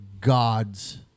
gods